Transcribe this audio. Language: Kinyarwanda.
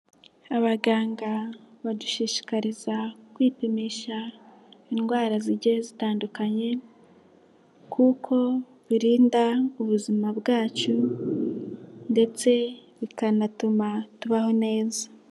Abaganga badushishikariza kwipimisha indwara zigiye zitandukanye, kuko birinda ubuzima bwacu ndetse bikanatuma tubaho neza.